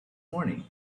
morning